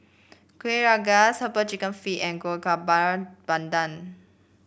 Kuih Rengas herbal chicken feet and Kuih Bakar Pandan